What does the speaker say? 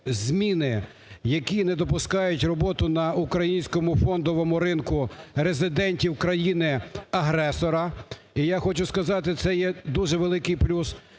зміни, які не допускають роботу на українському фондовому ринку резидентів країни-агресора. І я хочу сказати, це є дуже великий плюс.